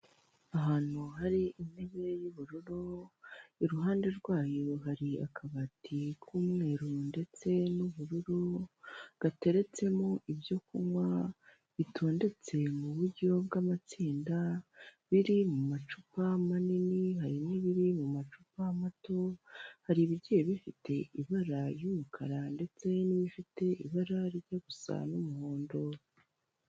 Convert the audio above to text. Ahantu hari intebe y'ubururu, iruhande rwayo hari akabati k'umweru ndetse n'ubururu, gateretsemo ibyo kunywa bitondetse mu buryo bw'amatsinda, ibiri mu macupa manini hari n'ibiri mu macupa mato. Hari ibigiye bifite ibara ry'umukara ndetse n'ifite ibara rijya gusa n'umuhondo.